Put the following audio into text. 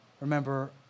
remember